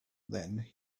then